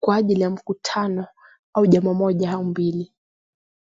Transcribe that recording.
kwa ajili ya mkutana au jambo moja au mbili.